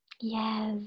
Yes